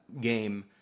game